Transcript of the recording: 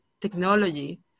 technology